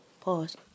Pause